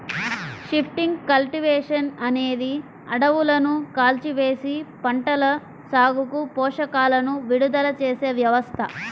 shifting cultivation అనేది అడవులను కాల్చివేసి, పంటల సాగుకు పోషకాలను విడుదల చేసే వ్యవస్థ